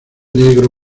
negro